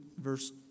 verse